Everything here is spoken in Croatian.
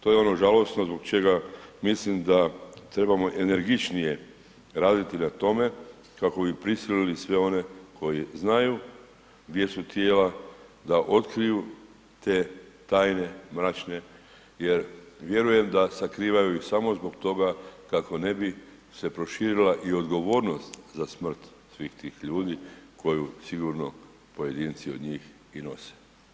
To je ono žalosno zbog čega mislim da trebamo energičnije raditi na tome kako bi prisilili sve one koji znaju gdje su tijela da otkriju te tajne mračne jer vjerujem da sakrivaju ih samo zbog toga kako ne bi se proširila i odgovornost za smrt svih tih ljudi koju sigurno pojedinci od njih i nose.